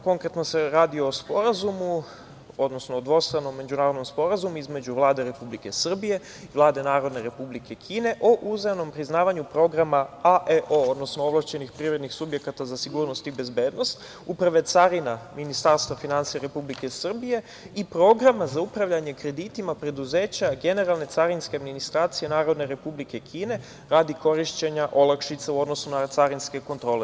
Konkretno, radi se o dvostranom međunarodnom sporazumu između Vlade Republike Srbije i Vlade Narodne Republike Kine o uzajamnom priznavanju programa AEO, odnosno ovlašćenih privrednih subjekata za sigurnost i bezbednost Uprave carina Ministarstva finansija Republike Srbije i Programa za upravljanje kreditima preduzeća Generalne carinske administracije Narodne Republike Kine radi korišćenja olakšica u odnosu na carinske kontrole.